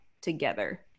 together